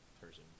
person